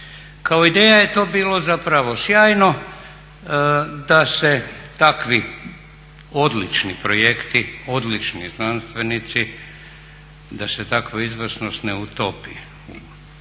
Kao ideja je to bilo zapravo sjajno, da se takvi odlični projekti, odlični znanstvenici, da se takva izvrsnost ne utopi